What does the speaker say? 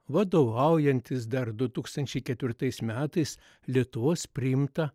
vadovaujantis dar du tūkstančiai ketvirtais metais lietuvos priimta